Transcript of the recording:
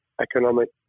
economic